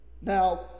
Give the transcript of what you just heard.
Now